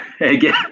again